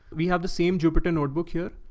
we have the same jupyter notebook here,